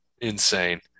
Insane